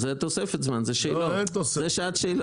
בסעיף הזה, 26ד(א),